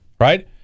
Right